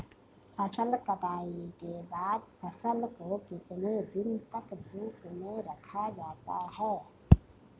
फसल कटाई के बाद फ़सल को कितने दिन तक धूप में रखा जाता है?